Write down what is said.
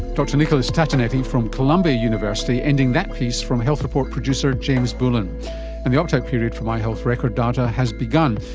dr nicholas tatonetti, from columbia university, ending that piece from health report producer james bullen. and the opt-out period for my health record data has begun,